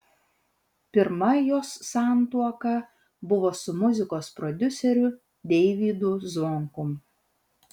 pirma jos santuoka buvo su muzikos prodiuseriu deivydu zvonkum